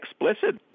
explicit